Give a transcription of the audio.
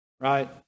right